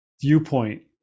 viewpoint